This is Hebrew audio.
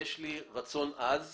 יש לי רצון עז